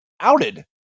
outed